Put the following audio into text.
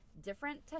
different